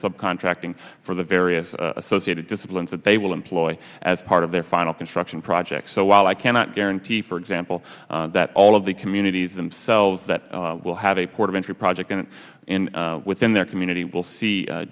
sub contracting for the various associated disciplines that they will employ as part of their final construction project so while i cannot guarantee for example that all of the communities themselves that will have a port of entry project and in within their community will see